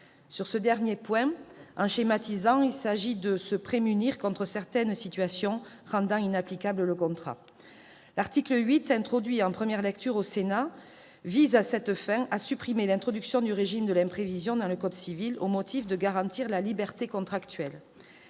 Sur ce dernier point, et en schématisant, il s'agit de se prémunir contre certaines situations rendant inapplicable le contrat. L'article 8 du projet de loi, introduit en première lecture par le Sénat, vise à cette fin à supprimer l'introduction du régime de l'imprévision dans le code civil au motif de garantir la « liberté contractuelle